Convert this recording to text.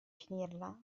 finirla